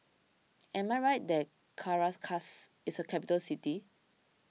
am I right that Caracas is a capital city